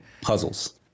puzzles